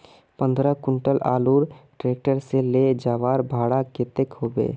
पंद्रह कुंटल आलूर ट्रैक्टर से ले जवार भाड़ा कतेक होबे?